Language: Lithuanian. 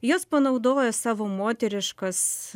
jos panaudojo savo moteriškas